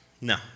no